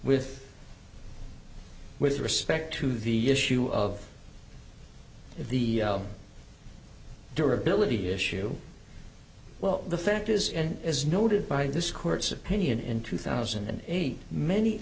with with respect to the issue of the durability issue well the fact is and as noted by this court's opinion in two thousand and eight many